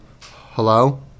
hello